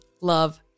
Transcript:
love